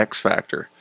X-Factor